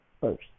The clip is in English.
first